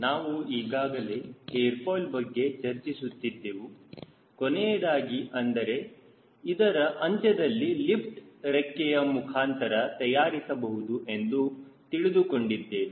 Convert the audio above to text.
ನಾವು ಈಗಾಗಲೇ airfoil ಬಗ್ಗೆ ಚರ್ಚಿಸುತ್ತಿದ್ದೆವು ಕೊನೆಯದಾಗಿ ಅಂದರೆ ಇದರ ಅಂತ್ಯದಲ್ಲಿ ಲಿಫ್ಟ್ ರೆಕ್ಕೆಯ ಮುಖಾಂತರ ತಯಾರಿಸಬಹುದು ಎಂದು ತಿಳಿದುಕೊಂಡಿದ್ದೇವೆ